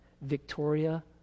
Victoria